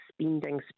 spending